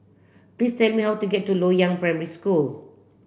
please tell me how to get to Loyang Primary School